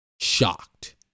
shocked